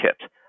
kit